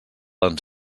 ens